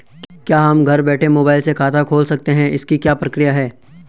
क्या हम घर बैठे मोबाइल से खाता खोल सकते हैं इसकी क्या प्रक्रिया है?